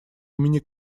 имени